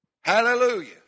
Hallelujah